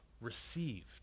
received